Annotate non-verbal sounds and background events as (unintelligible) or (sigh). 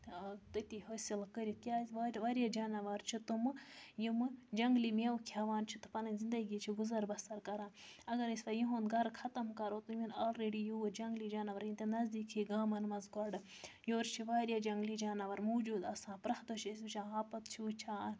تٔتی حٲصِل کٔرِتھ کیٛازِ وا واریاہ جاناوار چھِ تِمہٕ یِمہٕ جنٛگلی مٮ۪وٕ کھٮ۪وان چھِ تہٕ پَنٕنۍ زِندگی چھِ گُزَر بَسَر کران اگر أسۍ وۄنۍ یِہُنٛد گَرٕ ختم کَرو تٔمۍ یِن آلریڈی یوٗت جنٛگ جاناوار (unintelligible) نزدیٖکی گامَن منٛز گۄڈٕ یورٕ چھِ واریاہ جنٛگلی جاناوار موٗجوٗد آسان پرٛٮ۪تھ دۄہ چھِ أسۍ وٕچھان ہاپَت چھِ وٕچھان